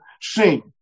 sing